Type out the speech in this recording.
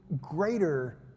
greater